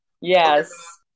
Yes